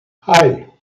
hei